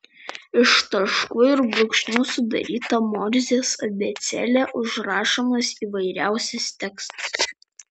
iš taškų ir brūkšnių sudaryta morzės abėcėle užrašomas įvairiausias tekstas